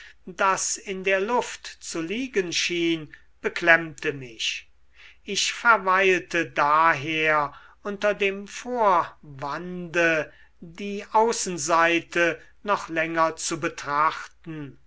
das in der luft zu liegen schien beklemmte mich ich verweilte daher unter dem vorwande die außenseite noch länger zu betrachten